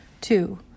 Two